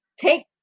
take